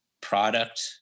product